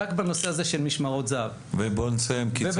רק בנושא הזה של משמרות זהב ובזה אני מסיים.